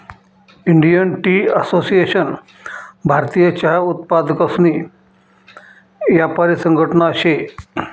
Indian tea association भारतीय चहा उत्पादकसनी यापारी संघटना शे